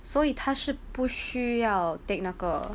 所以他是不需要 take 那个